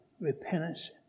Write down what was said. repentance